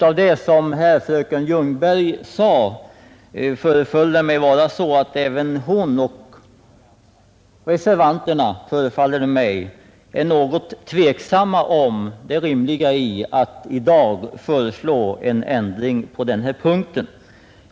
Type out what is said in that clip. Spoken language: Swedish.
Av vad fröken Ljungberg anförde föreföll det mig som om reservanterna är något tveksamma om det rimliga i att i dag föreslå en ändring i det stycket.